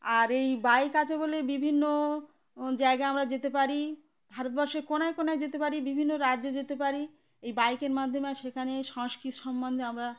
আর এই বাইক আছে বলে বিভিন্ন জায়গায় আমরা যেতে পারি ভারতবর্ষে কোণায় কোণায় যেতে পারি বিভিন্ন রাজ্যে যেতে পারি এই বাইকের মাধ্যমে আর সেখানে সংস্কৃতি সম্বন্ধে আমরা